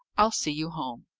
i'll see you home.